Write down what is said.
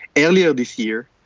earlier this year,